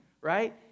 right